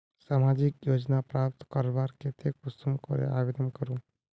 सामाजिक योजना प्राप्त करवार केते कुंसम करे आवेदन करूम?